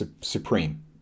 supreme